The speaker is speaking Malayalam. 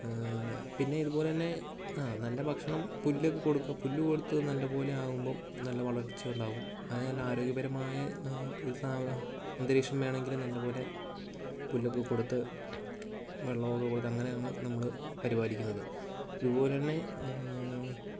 പിന്നെ ഇതുപോലെത്തന്നെ ആ നല്ല ഭക്ഷണം പുല്ലൊക്കെ കൊടുക്കുക പുല്ല് കൊടുത്ത് നല്ലപോലെ ആകുമ്പം നല്ല വളർച്ച ഉണ്ടാകും അതു നല്ല ആരോഗ്യപരമായ അന്തരീക്ഷം വേണമെങ്കിൽ നല്ലപോലെ പുല്ലൊക്കെ കൊടുത്ത് വെള്ളമൊക്കെ കൊടുത്ത് അങ്ങനെ ആണ് നമ്മൾ പരിപാലിക്കുന്നത് ഇതുപോലെത്തന്നെ